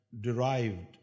derived